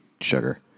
sugar